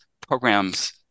programs